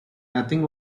nothing